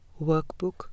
Workbook